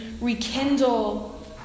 rekindle